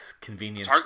convenience